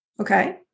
Okay